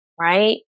Right